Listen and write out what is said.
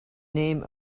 name